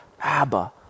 Abba